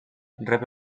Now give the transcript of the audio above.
rep